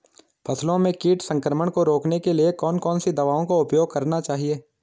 फसलों में कीट संक्रमण को रोकने के लिए कौन कौन सी दवाओं का उपयोग करना चाहिए?